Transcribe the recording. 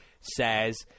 says